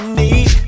need